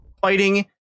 fighting